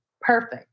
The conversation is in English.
perfect